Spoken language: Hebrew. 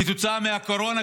כתוצאה מהקורונה,